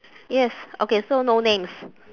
yes okay so no names